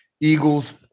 Eagles